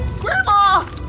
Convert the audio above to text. Grandma